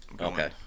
Okay